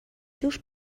seus